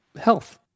health